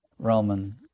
Roman